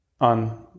on